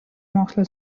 mokslo